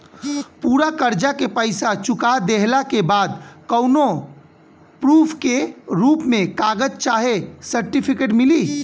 पूरा कर्जा के पईसा चुका देहला के बाद कौनो प्रूफ के रूप में कागज चाहे सर्टिफिकेट मिली?